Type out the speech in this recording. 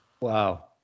Wow